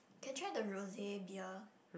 can try the Rosé beer